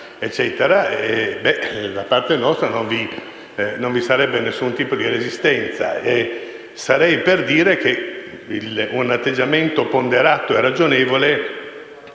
da parte nostra non vi sarebbe nessun tipo di resistenza. Sarei per dire che un atteggiamento ponderato e ragionevole